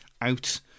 out